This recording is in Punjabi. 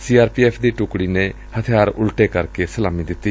ਸੀ ਆਰ ਪੀ ਐਫ਼ ਦੀ ਟੁਕਤੀ ਨੇ ਹਥਿਆਰ ਉਲਟੇ ਕਰਕੇ ਸਲਾਮੀ ਦਿੱਤੀ